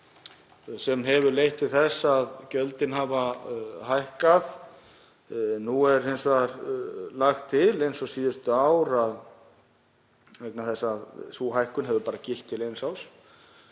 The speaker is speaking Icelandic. sem hefur leitt til þess að gjöldin hafa hækkað. Nú er hins vegar lagt til, eins og síðustu ár, vegna þess að sú hækkun hefur bara gilt til eins árs,